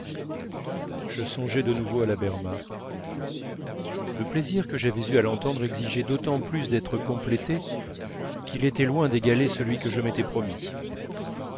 je songeais de nouveau à la berma le plaisir que j'avais eu à l'entendre exigeait d'autant plus d'être complété qu'il était loin d'égaler celui que je m'étais promis